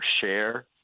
share